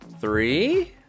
three